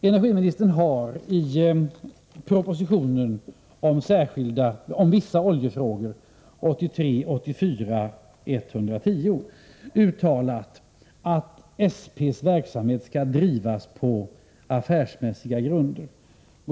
Energiministern har i propositionen om vissa oljefrågor, 1983/84:110, uttalat att SP:s verksamhet skall bedrivas på affärsmässiga grunder.